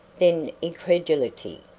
then incredulity,